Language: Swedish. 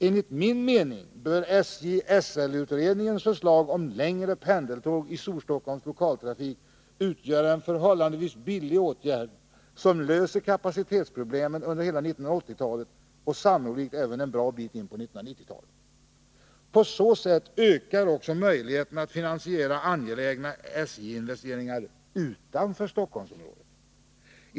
Enligt min mening är SJ-SL-utredningens förslag om längre pendeltåg i Storstockholms lokaltrafik en förhållandevis billig åtgärd som löser kapacitetsproblemen under hela 1980-talet och sannolikt även en bra bit in på 1990-talet. På så sätt ökar också möjligheterna att finansiera angelägna SJ-investeringar utanför Stockholmsområdet.